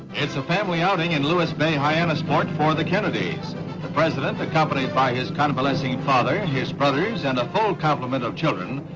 it's a family outing in lewis bay, hyannis port for the kennedys. the president, accompanied by his convalescing father, his brothers and a full complement of children,